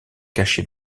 cachés